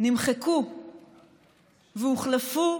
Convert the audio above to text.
נמחקו והוחלפו